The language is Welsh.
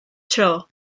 tro